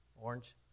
orange